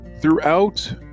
Throughout